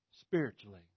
spiritually